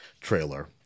trailer